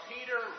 Peter